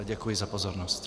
Děkuji za pozornost.